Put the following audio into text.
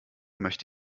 möchte